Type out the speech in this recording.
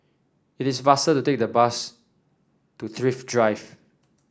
it is faster to take the bus to Thrift Drive